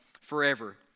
forever